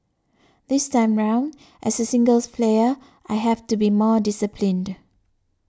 this time round as a singles player I have to be more disciplined